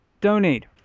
Donate